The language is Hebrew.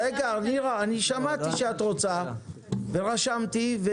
רגע, נירה, שמעתי שאת רוצה ורשמתי בפניי.